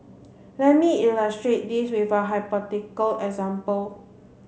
let me illustrate this with a hypothetical example